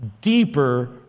deeper